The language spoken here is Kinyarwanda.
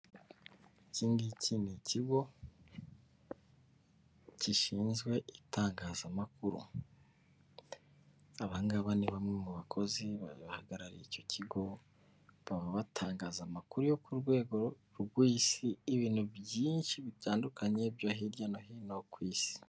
Iki ngiki ni ikigo gishinzwe itangazamakuru, aba ngaba ni bamwe mu bakozi bahagarariye icyo kigo baba batanga amakuru yo ku rwego rw'isi, ibintu byinshi bitandukanye byo hirya no hino ku isi.